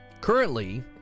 currently